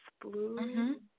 Blue